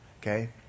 Okay